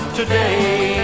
today